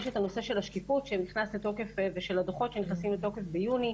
יש את הנושא של השקיפות שנכנס לתוקף ושל הדוחות שנכנסים לתוקף ביוני.